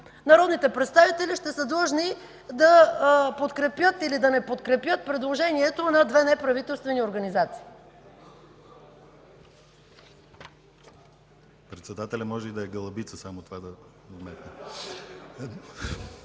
народните представители ще са длъжни да подкрепят или да не подкрепят предложението на две неправителствени организации.